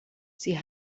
sie